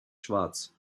schwarz